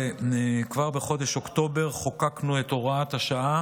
וכבר בחודש אוקטובר חוקקנו את הוראת השעה